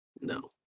No